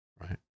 right